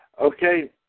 Okay